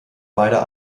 beider